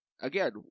again